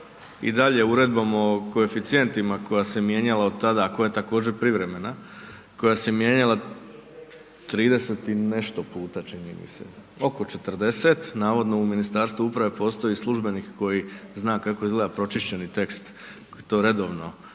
i dalje Uredbom o koeficijentima koja se mijenjala od tada, a koja je također privremena, koja se mijenjala trideset i nešto puta čini mi se, oko četrdeset, navodno u Ministarstvu uprave postoji službenik koji zna kako izgleda pročišćeni tekst, to redovno